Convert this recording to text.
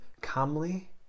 calmly